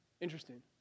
Interesting